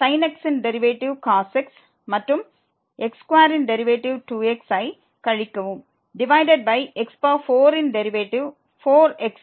sin x ன் derivative cos x மற்றும் x2 இன் டெரிவேட்டிவ் 2 x ஐ கழிக்கவும் டிவைடட் பை x4 ன் டெரிவேட்டிவ் 4x3